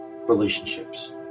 relationships